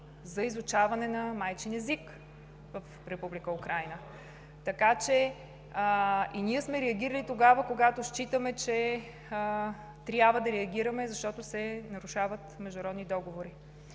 за изучаване на майчин език в Република Украйна. Ние сме реагирали тогава, когато считаме, че трябва да реагираме, защото се нарушават международни договори